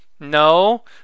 No